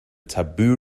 taboo